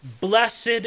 Blessed